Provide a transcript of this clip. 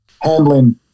handling